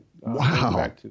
Wow